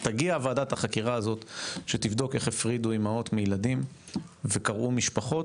תגיע ועדת החקירה הזאת שתבדוק איך הפרידו אימהות מילדים וקרעו משפחות,